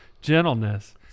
gentleness